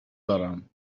دارم